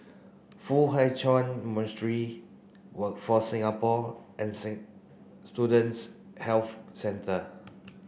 Foo Hai Ch'an Monastery Workforce Singapore and Student Health Centre